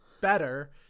better